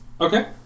Okay